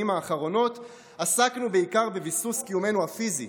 האחרונות עסקנו בעיקר בביסוס קיומנו הפיזי,